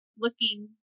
looking